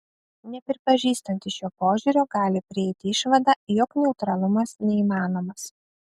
nepripažįstantys šio požiūrio gali prieiti išvadą jog neutralumas neįmanomas